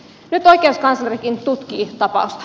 nyt oikeuskanslerikin tutkii tapausta